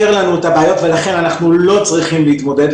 לנו את הבעיות ולכן אנחנו לא צריכים להתמודד,